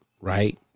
right